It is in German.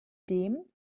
dem